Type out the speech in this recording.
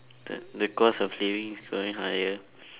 the the cost of living is going higher